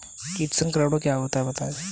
कीट संक्रमण क्या होता है बताएँ?